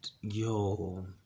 yo